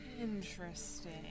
Interesting